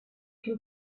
can